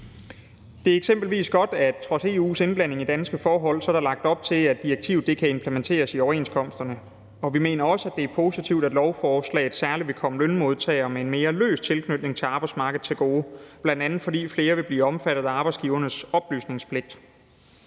Det er eksempelvis godt, at der trods EU's indblanding i danske forhold er lagt op til, at direktivet kan implementeres i overenskomsterne. Vi mener også, at det er positivt, at lovforslaget særlig vil komme lønmodtagere med en mere løs tilknytning til arbejdsmarkedet til gode, bl.a. fordi flere vil blive omfattet af arbejdsgivernes oplysningspligt.